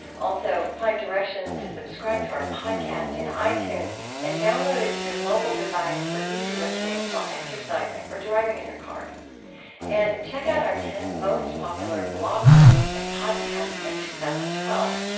also, find directions to subscribe to our podcast in ah itunes and download it to your mobile device for easy listening while exercising or driving in your car and, check out our ten most popular blog posts and podcasts of two thousand and twelve.